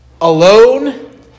alone